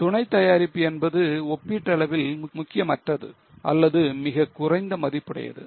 துணை தயாரிப்பு என்பது ஒப்பீட்டளவில் முக்கியமற்றது அல்லது மிகக் குறைந்த மதிப்புடையது